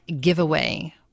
Giveaway